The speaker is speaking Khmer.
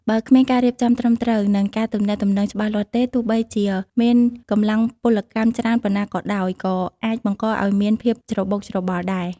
បើគ្មានការរៀបចំត្រឹមត្រូវ និងការទំនាក់ទំនងច្បាស់លាស់ទេ ទោះបីជាមានកម្លាំងពលកម្មច្រើនប៉ុណ្ណាក៏ដោយ ក៏អាចបង្កឱ្យមានភាពច្របូកច្របល់ដែរ។